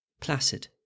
placid